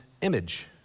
image